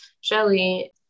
Shelly